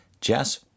Jess